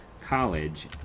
college